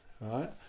right